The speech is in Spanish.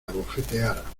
abofeteara